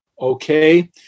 Okay